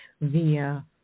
via